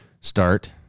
start